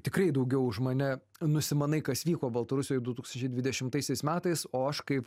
tikrai daugiau už mane nusimanai kas vyko baltarusijoj du tūkstančiai dvidešimtaisiais metais o aš kaip